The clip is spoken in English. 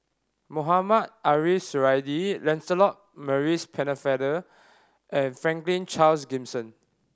Mohamed Ariff Suradi Lancelot Maurice Pennefather and Franklin Charles Gimson